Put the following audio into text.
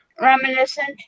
reminiscent